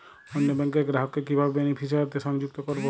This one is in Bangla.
অন্য ব্যাংক র গ্রাহক কে কিভাবে বেনিফিসিয়ারি তে সংযুক্ত করবো?